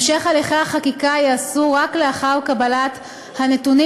המשך הליכי החקיקה ייעשה רק לאחר קבלת הנתונים